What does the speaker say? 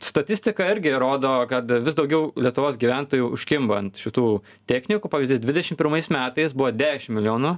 statistika irgi rodo kad vis daugiau lietuvos gyventojų užkimba ant šitų technikų pavyzdys dvidešim pirmais metais buvo dešim milijonų